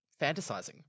fantasizing